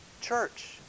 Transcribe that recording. church